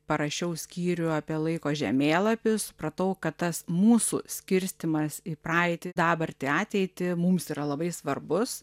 parašiau skyrių apie laiko žemėlapius supratau kad tas mūsų skirstymas į praeitį dabartį ateitį mums yra labai svarbus